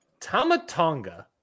Tamatonga